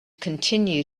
continue